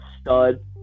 stud